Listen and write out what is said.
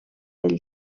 del